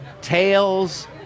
tails